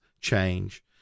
change